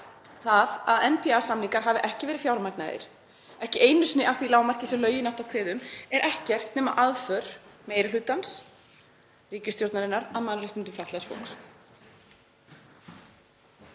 Það að NPA-samningar hafi ekki verið fjármagnaðir, ekki einu sinni að því lágmarki sem lögin áttu að kveða á um, er ekkert nema aðför meiri hlutans, ríkisstjórnarinnar, að mannréttindum fatlaðs fólks.